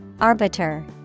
Arbiter